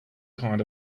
kind